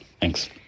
Thanks